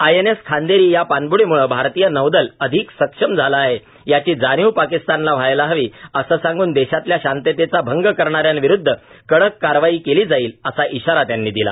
I N S Khanderi या पाणब्डीमुळे भारतीय नौदल अधिक सक्षम झालं आहे याची जाणीव पाकिस्तानला व्हायला हवी असं सांगून देशातल्या शांततेचा भंग करणाऱ्यांविरुद्ध कडक कारवाई केली जाईल असा इशारा त्यांनी दिला